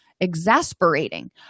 exasperating